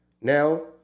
Now